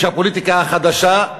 איש הפוליטיקה החדשה,